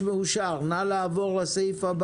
הצבעה אושר פרט 3,